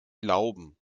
glauben